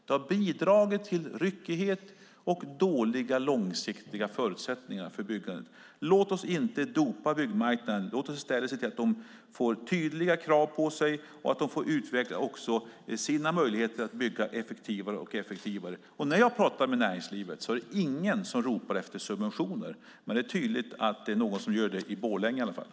De har bidragit till ryckighet och långsiktigt dåliga förutsättningar för byggandet. Låt oss inte dopa byggmarknaden. Låt oss i stället se till att den får tydliga krav på sig och får utveckla sina möjligheter att bygga allt effektivare. När jag pratar med näringslivet är det ingen som ropar efter subventioner. Men det är tydligt att det är någon som gör det i Borlänge i alla fall.